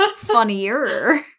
funnier